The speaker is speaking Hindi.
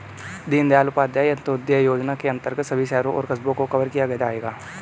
दीनदयाल उपाध्याय अंत्योदय योजना के अंतर्गत सभी शहरों और कस्बों को कवर किया जाएगा